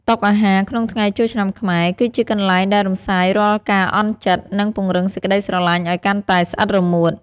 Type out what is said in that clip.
តុអាហារក្នុងថ្ងៃចូលឆ្នាំខ្មែរ គឺជាកន្លែងដែលរំសាយរាល់ការអន់ចិត្ត និងពង្រឹងសេចក្ដីស្រឡាញ់ឱ្យកាន់តែស្អិតរមួត។